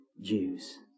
Jews